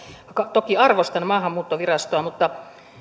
toki arvostan maahanmuuttovirastoa mutta